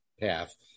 path